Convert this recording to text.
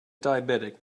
diabetic